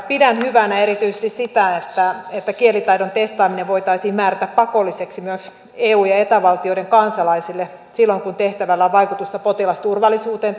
pidän hyvänä erityisesti sitä että että kielitaidon testaaminen voitaisiin määrätä pakolliseksi myös eu ja eta valtioiden kansalaisille silloin kun tehtävällä on vaikutusta potilasturvallisuuteen